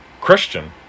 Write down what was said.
Christian